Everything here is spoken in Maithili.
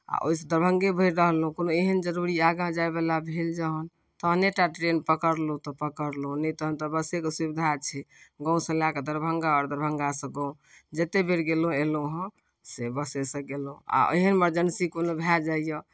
आ ओहिसँ दरभंगे भरि रहलहुँ कोनो एहन जरूरी आगाँ जायवला भेल जखन तखनहि टा ट्रेन पकड़लहुँ तऽ पकड़लहुँ नहि तखन तऽ बसेके सुविधा छै गाँवसँ लए कऽ दरभंगा आओर दरभंगासँ गाँव जतेक बेर गेलहुँ अयलहुँ हँ से बसेसँ गेलहुँ आ एहन एमर्जेंसी कोनो भए जाइए